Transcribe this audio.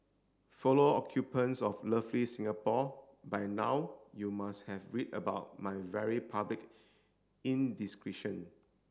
follow occupants of lovely Singapore by now you must have read about my very public indiscretion